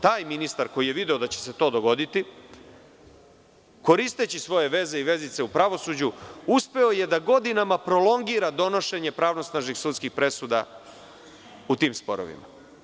Tajministar koji je video da će se to dogoditi, koristeći svoje veze i vezice u pravosuđu, uspeo je da godinama prolongira donošenje pravnosnažnih sudskih presuda u tim sporovima.